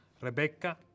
Rebecca